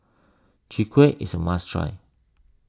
Chwee Kueh is a must try